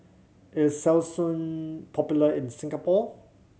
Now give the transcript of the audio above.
is Selsun popular in Singapore